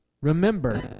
Remember